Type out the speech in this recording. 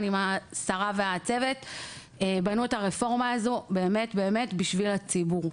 עם השרה והצוות בנו את הרפורמה הזו באמת באמת בשביל הציבור.